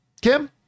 Kim